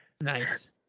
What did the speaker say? Nice